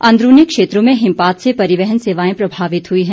अंदरूनी क्षेत्रों में हिमपात से परिवहन सेवाएं प्रभावित हुई हैं